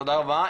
תודה רבה,